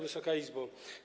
Wysoka Izbo!